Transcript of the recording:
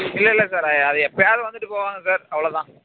இல்லல்ல சார் அது எப்பயாவது வந்துட்டு போவாங்க சார் அவ்வளோ தான்